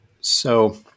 So-